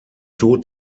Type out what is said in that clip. tod